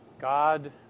God